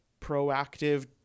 proactive